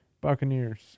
Buccaneers